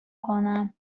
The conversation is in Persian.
کنم